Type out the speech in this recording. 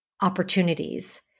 opportunities